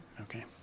Okay